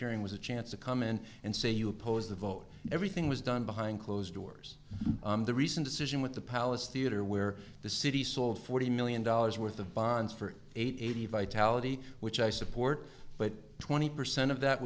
hearing was a chance to come in and say you oppose the vote everything was done behind closed doors the recent decision with the palace theatre where the city sold forty million dollars worth of bonds for eighty vitality which i support but twenty percent of that